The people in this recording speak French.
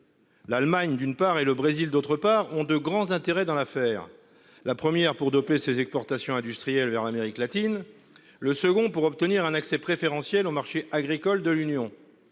L'Allemagne d'une part et le Brésil. D'autre part, ont de grands intérêts dans l'affaire, la première pour doper ses exportations industrielles vers l'Amérique latine, le second pour obtenir un accès préférentiel au marché agricole de l'Union.